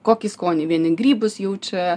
kokį skonį vieni grybus jaučia